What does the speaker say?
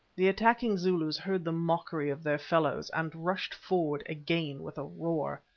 the attacking zulus heard the mockery of their fellows, and rushed forward again with a roar.